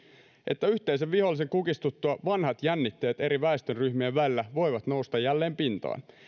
että yhteisen vihollisen kukistuttua vanhat jännitteet eri väestöryhmien välillä voivat nousta jälleen pintaan